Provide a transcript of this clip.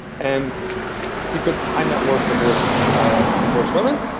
and he picked high net worth divorced ah divorced women.